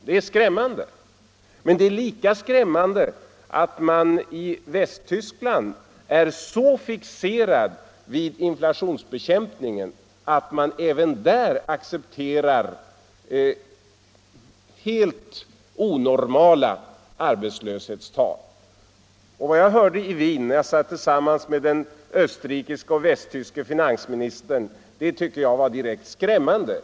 Men är det inte lika skrämmande att man i Västtyskland är så fixerad vid inflationsbekämpningen att man även där accepterar helt onormala arbetslöshetstal? Vad jag hörde i Wien när jag satt tillsammans med de österrikiska och västtyska finansministrarna var direkt skrämmande.